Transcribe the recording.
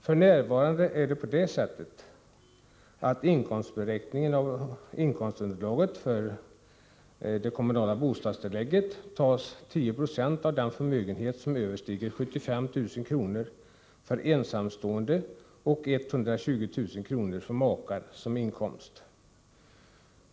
F.n. är det så att vid beräkningen av inkomstunderlaget för KBT tas 10 96 av den förmögenhet som överstiger 75 000 kr. för ensamstående och 120 000 kr. för makar upp som inkomst.